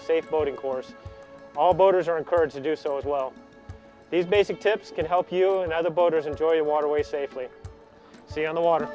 a safe boating course all boaters are encouraged to do so as well these basic tips can help you and other boaters enjoy a waterway safely say on the water